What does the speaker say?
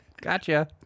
Gotcha